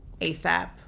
ASAP